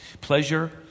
Pleasure